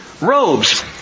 robes